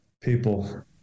people